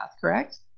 correct